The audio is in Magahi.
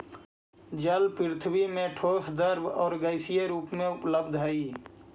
जल पृथ्वी में ठोस द्रव आउ गैसीय रूप में उपलब्ध हई